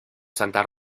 santa